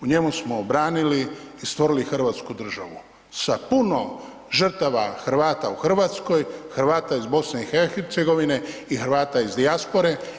U njemu smo branili i stvorili hrvatsku državu sa puno žrtava Hrvata u Hrvatskoj, Hrvata iz BiH i Hrvata iz dijaspore.